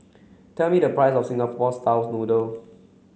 tell me the price of Singapore style's noodle